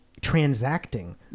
transacting